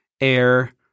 air